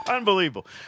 Unbelievable